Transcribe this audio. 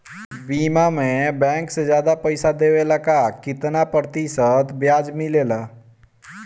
बीमा में बैंक से ज्यादा पइसा देवेला का कितना प्रतिशत ब्याज मिलेला?